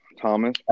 Thomas